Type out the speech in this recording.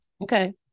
okay